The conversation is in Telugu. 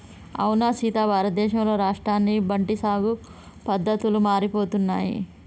అవునా సీత భారతదేశంలో రాష్ట్రాన్ని బట్టి సాగు పద్దతులు మారిపోతున్నాయి